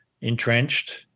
entrenched